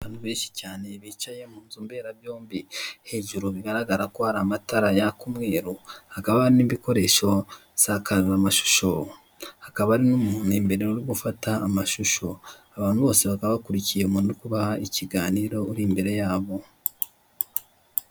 Abantu beshi cyane bicaye m'inzu mbera byombi hejuru yabo bigaragara ko hari amatara yaka umweru hakaba hari n'ibikoresho nsakaza mashushu ndetse hari n'umuntu imbere urigufata amashusho abantu bose bakaba bakurikiye umuntu urikubaha ikiganiro uri imbere yabo.